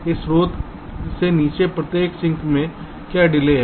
इस स्रोत से नीचे प्रत्येक सिंक में क्या डिले है